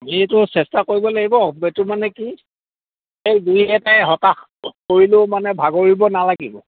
চেষ্টা কৰিব লাগিব মানে কি এই দুই এটাই হতাশ কৰিলেও মানে ভাগৰিব নালাগিব